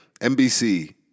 NBC